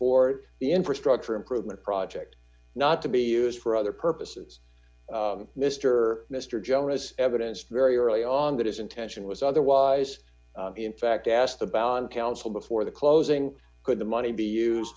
for the infrastructure improvement project not to be used for other purposes mr mr jonas evidence very early on that his intention was otherwise in fact asked the balun council before the closing could the money be used